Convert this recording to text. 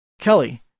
Kelly